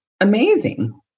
amazing